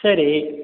சரி